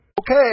Okay